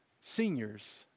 seniors